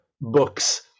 books